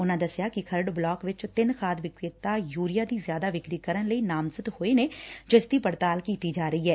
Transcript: ਉਨ੍ਹਾ ਦਸਿਆ ਕਿ ਖਰੜ ਬਲਾਕ ਵਿਚ ਤਿੰਨ ਖਾਦ ਵਿਕਰੇਤਾ ਯੁਰੀਆ ਦੀ ਜ਼ਿਆਦਾ ਵਿਕਰੀ ਕਰਨ ਲਈ ਨਾਮਜ਼ਦ ਹੋਏ ਨੇ ਜਿਸ ਦੀ ਪੜਤਾਲ ਕੀਤੀ ਜਾ ਰਹੀ ਐ